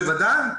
בוודאי.